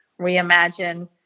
reimagine